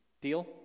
Deal